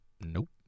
nope